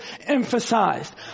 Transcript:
emphasized